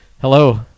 Hello